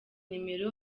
nimero